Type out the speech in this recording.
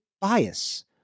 bias